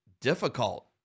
difficult